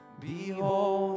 Behold